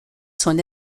son